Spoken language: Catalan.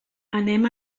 anem